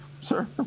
sir